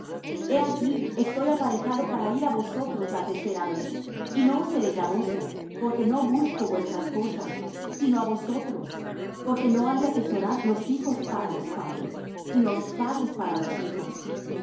he aquí estoy aparejado para ir á vosotros la tercera vez y no os seré gravoso porque no busco vuestras cosas sino á vosotros porque no han de atesorar los hijos para los padres sino los padres para los hijos